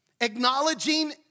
Acknowledging